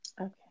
Okay